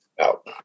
out